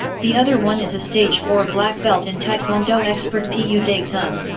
the other one is a stage four black belt in taekwondo expert pu daxun.